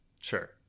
Sure